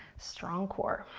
strong core.